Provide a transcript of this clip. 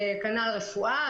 כנ"ל רפואה,